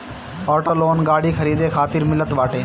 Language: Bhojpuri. ऑटो लोन गाड़ी खरीदे खातिर मिलत बाटे